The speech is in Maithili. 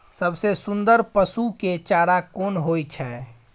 सबसे सुन्दर पसु के चारा कोन होय छै?